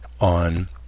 on